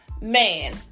man